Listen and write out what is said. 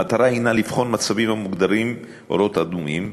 המטרה היא לבחון מצבים המוגדרים "אורות אדומים".